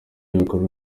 ibikorwa